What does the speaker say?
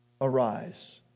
arise